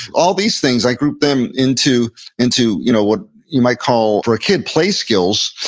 all these things, i group them into into you know what you might call, for a kid, play skills.